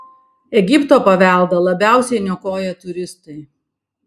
egipto paveldą labiausiai niokoja turistai